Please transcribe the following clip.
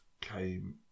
came